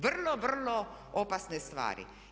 Vrlo, vrlo opasne stvari.